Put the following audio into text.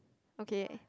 okay